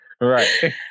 Right